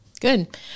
Good